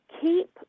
keep